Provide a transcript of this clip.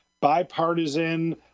bipartisan